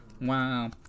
Wow